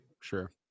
Sure